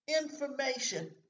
information